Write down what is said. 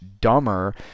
dumber